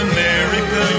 America